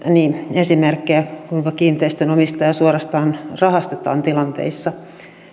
esimerkkejä kuinka kiinteistönomistajia suorastaan rahastetaan tilanteissa